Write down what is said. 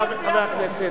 חבר הכנסת.